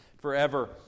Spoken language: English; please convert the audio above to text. forever